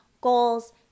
goals